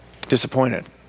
disappointed